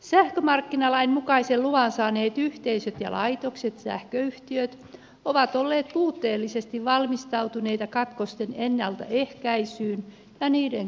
sähkömarkkinalain mukaisen luvan saaneet yhteisöt ja laitokset sähköyhtiöt ovat olleet puutteellisesti valmistautuneita katkosten ennaltaehkäisyyn ja niiden korjaamiseen